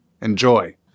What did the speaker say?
Enjoy